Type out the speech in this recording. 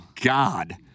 God